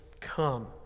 come